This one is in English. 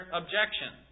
objection